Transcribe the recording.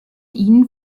ihnen